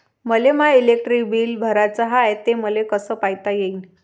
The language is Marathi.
मले माय इलेक्ट्रिक बिल भराचं हाय, ते मले कस पायता येईन?